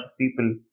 people